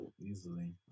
Easily